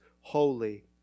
holy